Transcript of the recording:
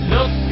Look